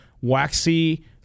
waxy